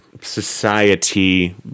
society